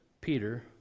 Peter